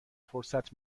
فرصت